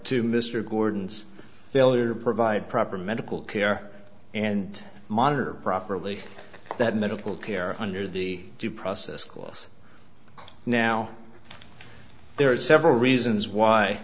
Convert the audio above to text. to mr gordon's failure to provide proper medical care and monitor properly that medical care under the due process clause now there are several reasons